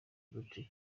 boutique